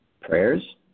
prayers